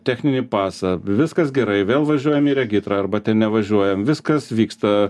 techninį pasą viskas gerai vėl važiuojam į regitrą arba ten nevažiuojam viskas vyksta